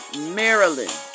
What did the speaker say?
Maryland